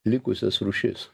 likusias rūšis